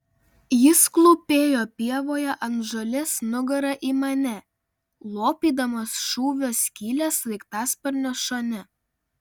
jis klūpėjo pievoje ant žolės nugara į mane lopydamas šūvio skylę sraigtasparnio šone